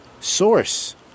source